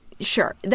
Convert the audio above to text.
Sure